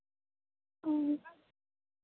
ᱦᱮᱸ